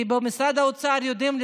כי במשרד האוצר יודעים,